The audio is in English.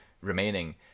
remaining